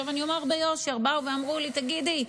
אני אומר ביושר, באו ואמרו לי: תגידי,